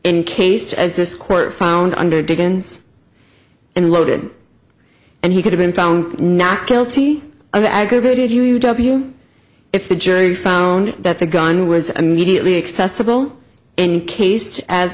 in case as this court found under diggins and loaded and he could have been found not guilty of aggravated u w if the jury found that the gun was immediately accessible encased as